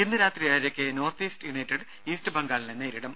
ഇന്ന് രാത്രി ഏഴരയ്ക്ക് നോർത്ത് ഈസ്റ്റ് യുനൈറ്റഡ് ഈസ്റ്റ് ബംഗാളിനെ നേരിടും